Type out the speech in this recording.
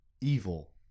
evil